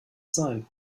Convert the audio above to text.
sein